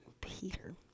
Peter